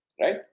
right